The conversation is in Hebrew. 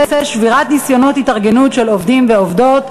שבירת ניסיונות התארגנות של עובדים ועובדות,